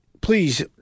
Please